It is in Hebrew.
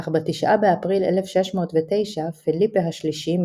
אך ב-9 באפריל 1609 פליפה השלישי,